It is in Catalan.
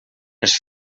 els